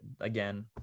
again